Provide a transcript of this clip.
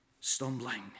stumbling